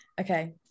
okay